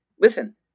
listen